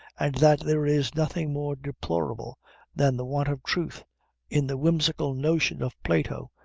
and that there is nothing more deplorable than the want of truth in the whimsical notion of plato,